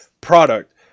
product